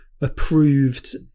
approved